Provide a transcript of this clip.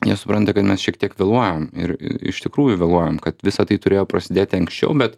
nesupranta kad mes šiek tiek vėluojam ir iš tikrųjų vėluojam kad visa tai turėjo prasidėti anksčiau bet